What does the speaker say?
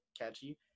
catchy